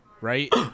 right